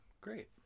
Great